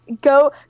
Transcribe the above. go